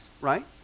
right